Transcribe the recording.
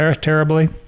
terribly